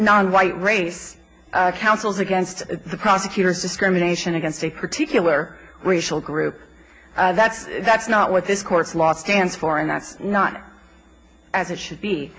non white race counsels against the prosecutors discrimination against a particular racial group that's that's not what this court's law stands for and that's not as it should be